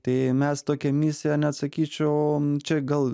tai mes tokią misiją net sakyčiau čia gal